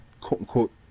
quote-unquote